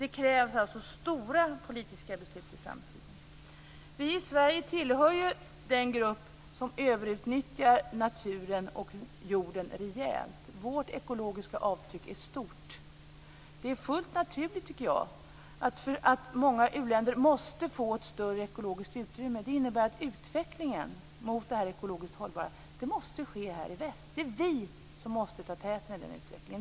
Det krävs alltså stora politiska beslut i framtiden. Vårt ekologiska avtryck är stort. Det är fullt naturligt, tycker jag, att många uländer måste få ett större ekologiskt utrymme. Det innebär att utvecklingen mot det här ekologiskt hållbara måste ske här i väst. Det är vi som måste ta täten i den här utvecklingen.